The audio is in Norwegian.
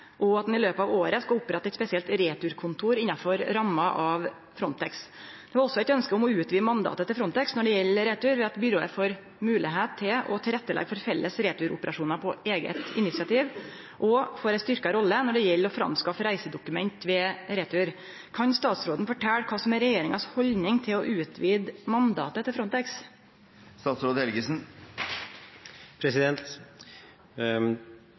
og at ein i løpet av året skal opprette eit spesielt returkontor innafor ramma av Frontex. Det var også eit ønske om å utvide mandatet til Frontex når det gjeld retur, ved at byrået får moglegheit til å leggje til rette for felles returoperasjonar på eige initiativ, og får ei styrkt rolle når det gjeld å skaffe reisedokument ved retur. Kan statsråden fortelje kva som er regjeringa si haldning til å utvide mandatet